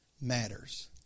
Matters